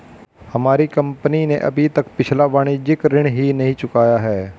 हमारी कंपनी ने अभी तक पिछला वाणिज्यिक ऋण ही नहीं चुकाया है